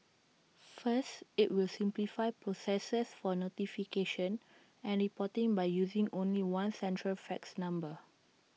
first IT will simplify processes for notification and reporting by using only one central fax number